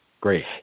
great